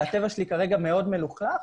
והטבע שלי כרגע מאוד מלוכלך.